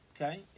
okay